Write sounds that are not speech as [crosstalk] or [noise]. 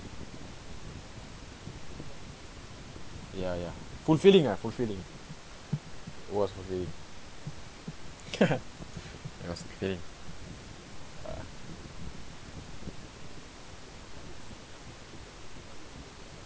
ya ya fulfilling ah fulfilling it was fulfilling [laughs] it was fulfilling uh